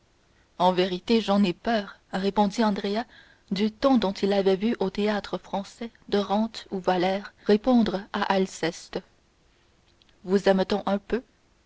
en vérité j'en ai peur répondit andrea du ton dont il avait vu au théâtre-français dorante ou valère répondre à alceste vous aime-t-on un peu